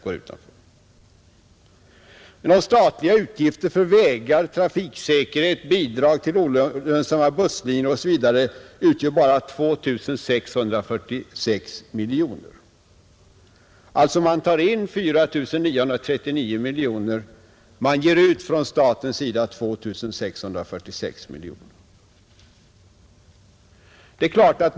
De statliga utgifterna för vägar, trafiksäkerhet, bidrag till olönsamma busslinjer osv. utgör bara 2 646 miljoner kronor, Staten tar alltså in 4 939 miljoner kronor och ger ut 2 646 miljoner kronor.